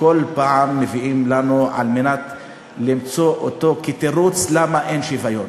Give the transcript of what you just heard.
שכל פעם מביאים לנו כתירוץ למה אין שוויון.